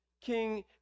King